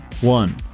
One